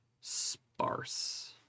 sparse